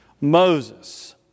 Moses